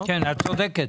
את צודקת,